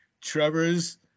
Trevor's